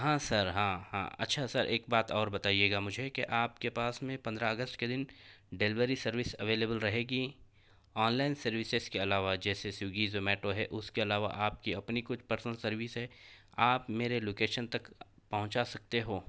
ہاں سر ہاں ہاں اچھا سر ایک بات اور بتائیے گا مجھے کہ آپ کے پاس میں پندرہ اگست کے دن ڈلیوری سروس اویلیبل رہے گی آنلائن سروسس علاوہ جیسے سویگی زومیٹو ہے اس کے علاوہ آپ کی اپنی کچھ پرسنل سروس ہے آپ میرے لوکیشن تک پہنچا سکتے ہو